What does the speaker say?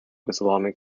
islamic